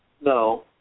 No